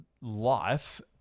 life